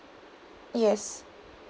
yes